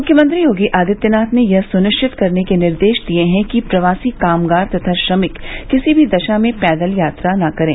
मुख्यमंत्री योगी आदित्यनाथ ने यह सुनिश्चित करने के निर्देश दिए हैं कि प्रवासी कामगार तथा श्रमिक किसी भी दशा में पैदल यात्रा न करें